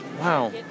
Wow